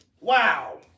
Wow